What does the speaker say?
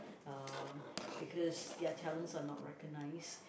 uh because their talents are not recognised